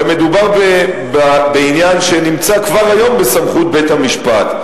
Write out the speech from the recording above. הרי מדובר בעניין שנמצא כבר היום בסמכות בית-המשפט.